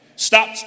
Stop